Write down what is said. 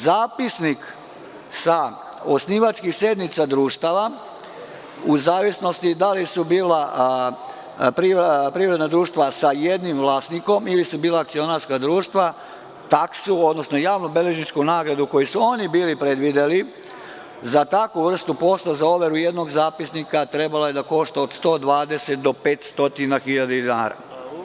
Zapisnik sa osnivačkih sednica društava, u zavisnosti da li su bila privredna društva sa jednim vlasnikom ili su bila akcionarska društva, taksu odnosno javno-beležničku nagradu koju su oni bili predvideli za takvu vrstu posla za overu jednog zapisnika trebalo je da košta od 120 do 500.000 dinara.